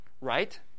right